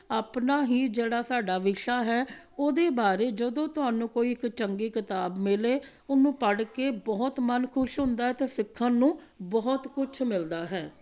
ਆਪਣਾ ਹੀ ਜਿਹੜਾ ਸਾਡਾ ਵਿਸ਼ਾ ਹੈ ਉਹਦੇ ਬਾਰੇ ਜਦੋਂ ਤੁਹਾਨੂੰ ਕੋਈ ਇੱਕ ਚੰਗੀ ਕਿਤਾਬ ਮਿਲੇ ਉਹਨੂੰ ਪੜ੍ਹ ਕੇ ਬਹੁਤ ਮਨ ਖੁਸ਼ ਹੁੰਦਾ ਹੈ ਅਤੇ ਸਿੱਖਣ ਨੂੰ ਬਹੁਤ ਕੁਛ ਮਿਲਦਾ ਹੈ